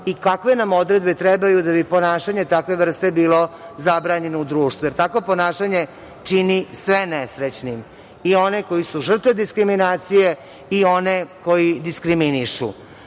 i kakve nam odredbe trebaju da bi ponašanje takve vrste bilo zabranjeno u društvu, jer takvo ponašanje čini sve nesrećnim i one koji su žrtve diskriminacije i one koji diskriminišu. Želja